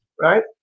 right